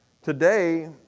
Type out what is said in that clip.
Today